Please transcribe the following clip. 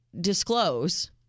disclose